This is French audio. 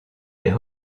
des